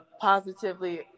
positively